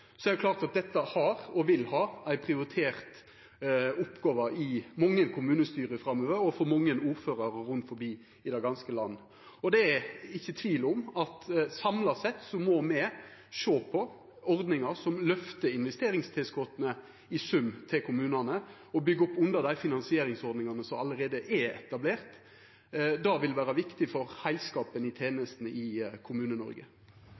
er det klart at dette har vore og vil vera ei prioritert oppgåve i mange kommunestyre framover og for mange ordførarar rundt forbi i det ganske land. Det er ikkje tvil om at me samla sett må sjå på ordningar som løfter investeringstilskota i sum til kommunane og byggjer opp under dei finansieringsordningane som allereie er etablerte. Det vil vera viktig for heilskapen i